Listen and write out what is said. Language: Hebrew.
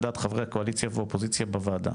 על דעת חברי הקואליציה והאופוזיציה בוועדה,